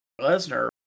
Lesnar